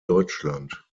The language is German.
deutschland